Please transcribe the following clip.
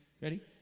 Ready